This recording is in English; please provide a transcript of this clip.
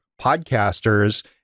podcasters